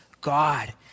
God